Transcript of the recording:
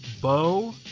Bo